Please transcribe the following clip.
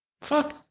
fuck